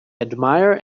admire